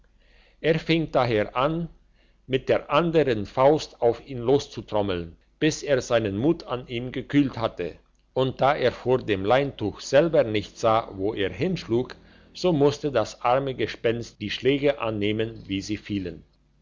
er fing daher an mit der andern faust auf ihn loszutrommeln bis er seinen mut an ihm gekühlt hatte und da er vor dem leintuch selber nicht sah wo er hinschlug so musste das arme gespenst die schläge annehmen wie sie fielen